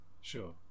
Sure